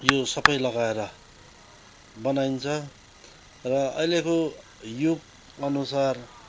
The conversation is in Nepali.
यो सबै लगाएर बनाइन्छ र अहिलेको युगअनुसार